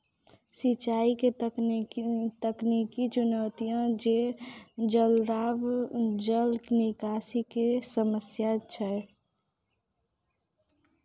सिंचाई के तकनीकी चुनौतियां छै जलभराव, जल निकासी के समस्या छै